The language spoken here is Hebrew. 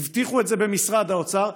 הבטיחו את זה במשרד האוצר.